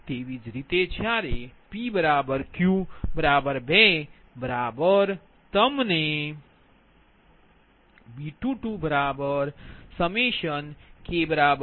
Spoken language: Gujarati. તેવી જ રીતે જ્યારે pq2 બરાબર તમનેB22 K14AK22RKV222 R1A122R2A222R3A322R4A422V222 0